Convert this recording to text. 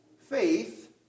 Faith